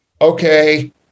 okay